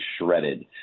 shredded